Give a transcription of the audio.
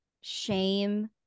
shame